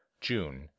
June